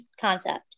concept